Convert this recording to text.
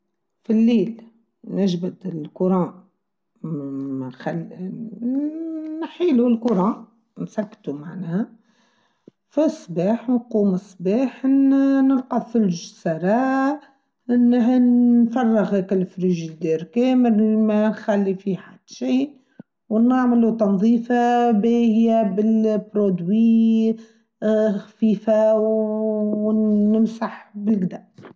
في الليل نجبط الكوران، نننننحيلو الكوران، نسكتو معنا، فصباح وقوم صباح نلقى الثلج سراء، ننفرغ هاكا الفريجيدير كامل ما نخلي فيه حد شيء، ونعملو تنظيفة بيهية بالبرودوي خفيفة ونمسح بجده.